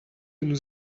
nous